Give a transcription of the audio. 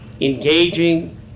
engaging